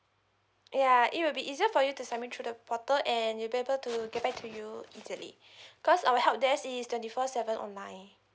ya it will be easier for you to submit through the portal and you able to get back to you easily cause our help desk is twenty four seven online